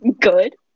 Good